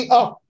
up